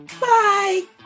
Bye